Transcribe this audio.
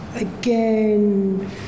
again